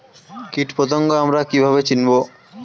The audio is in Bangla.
কীটপতঙ্গ আমরা কীভাবে চিনব?